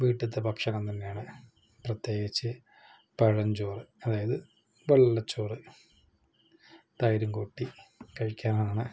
വീട്ടിലത്തെ ഭക്ഷണം തന്നെയാണ് പ്രത്യേകിച്ച് പഴഞ്ചോറ് അതായത് വെള്ളചോർ തൈരും കൂട്ടി കഴിക്കാനാണ്